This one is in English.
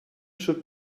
should